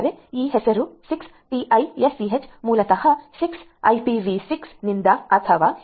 ಆದ್ದರಿಂದ ಈ ಹೆಸರು 6TiSCH ಮೂಲತಃ 6 ಐಪಿವಿ 6 ನಿಂದ ಅಥವಾ 6 ಲೋ ಪ್ಯಾನ್ನ 6 ರಿಂದ ಬಂದಿದೆ